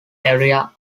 area